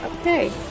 Okay